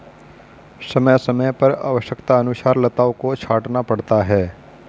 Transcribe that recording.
समय समय पर आवश्यकतानुसार लताओं को छांटना पड़ता है